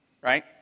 Right